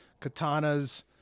katanas